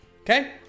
okay